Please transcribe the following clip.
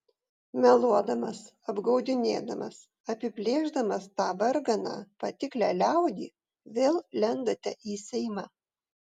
meluodamas apgaudinėdamas apiplėšdamas tą varganą patiklią liaudį vėl lendate į seimą